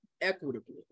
equitably